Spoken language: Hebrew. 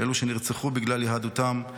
לאלו שנרצחו בגלל יהדותם,